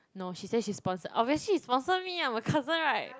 no she say she sponsor obviously she sponsor me ah I'm her cousin right